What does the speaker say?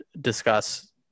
discuss